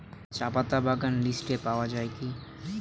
চাপাতা বাগান লিস্টে পাওয়া যায় কি?